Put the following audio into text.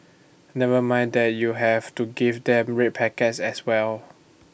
never mind that you have to give them red packets as well